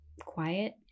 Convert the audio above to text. quiet